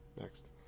next